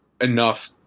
enough